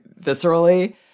viscerally